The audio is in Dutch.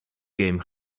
game